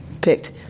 picked